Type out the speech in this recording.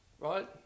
right